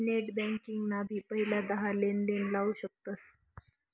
net banking ना भी पहिला दहा लेनदेण लाऊ शकतस